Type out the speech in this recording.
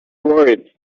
worried